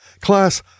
Class